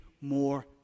more